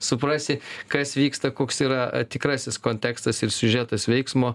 suprasi kas vyksta koks yra tikrasis kontekstas ir siužetas veiksmo